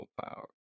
power